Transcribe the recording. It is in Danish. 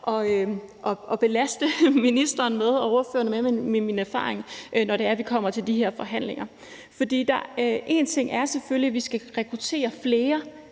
at belaste ministeren og ordførerne med mine erfaringer, når vi kommer til de her forhandlinger. For en ting er selvfølgelig, at vi skal rekruttere flere